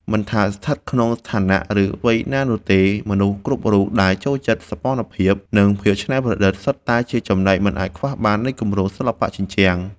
មិនថាស្ថិតក្នុងឋានៈ ឬវ័យណានោះទេ មនុស្សគ្រប់រូបដែលចូលចិត្តសោភ័ណភាព និងភាពច្នៃប្រឌិត សុទ្ធតែជាចំណែកមិនអាចខ្វះបាននៃគម្រោងសិល្បៈជញ្ជាំង។